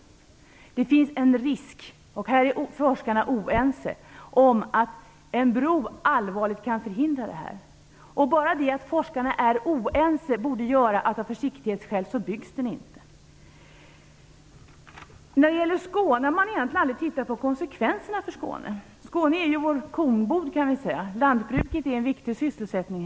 Forskarna är oense om huruvida en bro allvarligt kan förhindra denna vattentillförsel. Redan det förhållandet att forskarna är oense borde göra att man av försiktighetsskäl inte bygger bron. När det gäller Skåne har man egentligen aldrig tittat på konsekvenserna. Skåne är vår kornbod, och lantbruket är här en viktig sysselsättning.